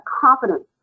confidence